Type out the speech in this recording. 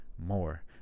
more